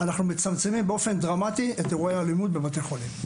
אנחנו מצמצמים באופן דרמטי את אירועי האלימות בבתי החולים.